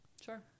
sure